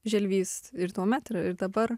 želvys ir tuomet ir dabar